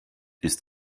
ist